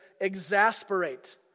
exasperate